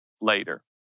later